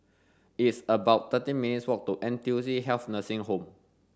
it's about thirteen minutes' walk to N T U C Health Nursing Home